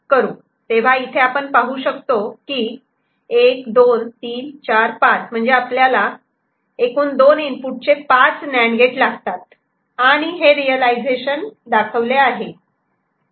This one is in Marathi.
तेव्हा इथे आपण पाहू शकतो की 1 2 3 4 5 म्हणजे एकूण आपल्याला 2 इनपुट चे पाच नांड गेट लागतात आणि हे रियलायझेशन दाखवले आहे